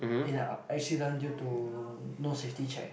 in a accident due to no safety check